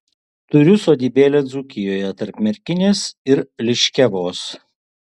turiu sodybėlę dzūkijoje tarp merkinės ir liškiavos